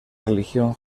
religión